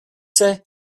say